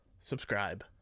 subscribe